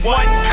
one